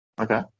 Okay